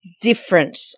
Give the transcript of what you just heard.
different